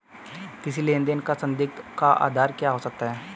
किसी लेन देन का संदिग्ध का आधार क्या हो सकता है?